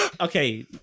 Okay